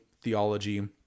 theology